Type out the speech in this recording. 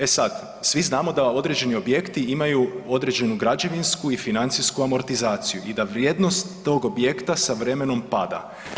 E sad, svi znamo da određeni objekti imaju određenu građevinsku i financijsku amortizaciju i da vrijednost tog objekta sa vremenom pada.